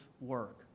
work